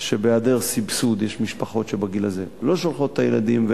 שבהיעדר סבסוד יש משפחות שלא שולחות את הילדים בגיל הזה,